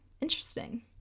Interesting